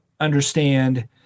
understand